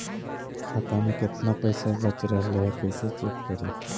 खाता में केतना पैसा बच रहले हे कैसे चेक करी?